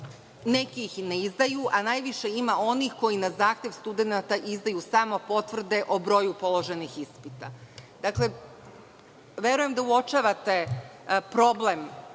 neki ih i ne izdaju, a najviše ima onih koji na zahtev studenata izdaju samo potvrde o broju položenih ispita. Dakle, verujem da uočavate problem